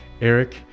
Eric